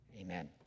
Amen